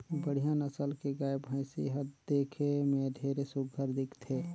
बड़िहा नसल के गाय, भइसी हर देखे में ढेरे सुग्घर दिखथे